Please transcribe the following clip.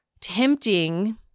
tempting